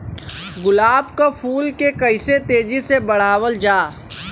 गुलाब क फूल के कइसे तेजी से बढ़ावल जा?